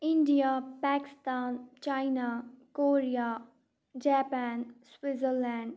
India Pakistan China Korea Japan Switzerland